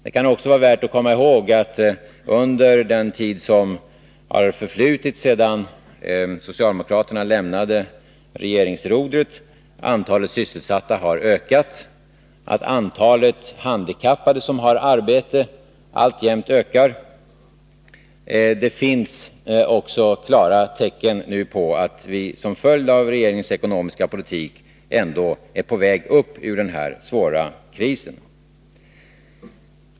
Det kan också vara värt att komma ihåg att, under den tid som har förflutit sedan socialdemokraterna lämnade regeringsrodret, antalet sysselsatta har ökat och att antalet handikappade i arbetet alltjämt ökar. Det finns nu också klara tecken på att vi som en följd av regeringens ekonomiska politik ändå är på väg upp ur den här svåra krisen.